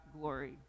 glory